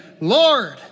Lord